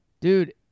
dude